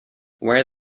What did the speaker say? wear